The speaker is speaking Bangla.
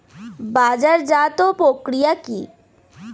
বাজারজাতও প্রক্রিয়া কি?